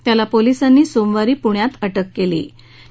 त्याला पोलिसांनी सोमवारी पुण्यात अटक केली होती